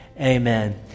Amen